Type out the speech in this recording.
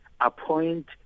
Appoint